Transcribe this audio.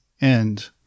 end